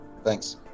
Thanks